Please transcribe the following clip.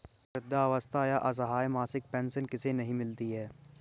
वृद्धावस्था या असहाय मासिक पेंशन किसे नहीं मिलती है?